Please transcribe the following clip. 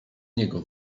niego